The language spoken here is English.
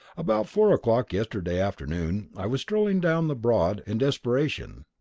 about four o'clock yesterday afternoon i was strolling down the broad in desperation.